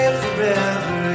forever